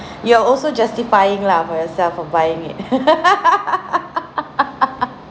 you are also justifying lah for yourself of buying it